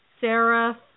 Sarah